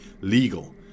legal